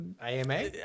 AMA